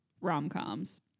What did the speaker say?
rom-coms